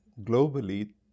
Globally